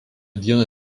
dieną